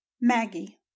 Maggie